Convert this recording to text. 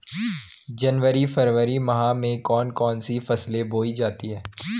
जनवरी फरवरी माह में कौन कौन सी फसलें बोई जाती हैं?